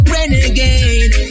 Renegade